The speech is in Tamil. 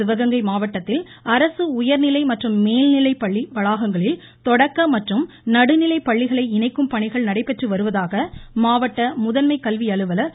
சிவகங்கை மாவட்டத்தில் அரசு உயர்நிலை மற்றும் மேல்நிலைப்பள்ளி வளாகங்களில் தொடக்க மற்றும் நடுநிலைப்பள்ளிகளை இணைக்கும் பணிகள் நடைபெற்று வருவதாக மாவட்ட முதன்மை கல்வி அலுவலர் திரு